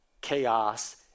chaos